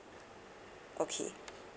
okay